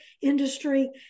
industry